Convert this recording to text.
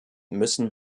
müssen